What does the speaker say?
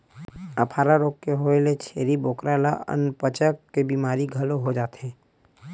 अफारा रोग के होए ले छेरी बोकरा ल अनपचक के बेमारी घलो हो जाथे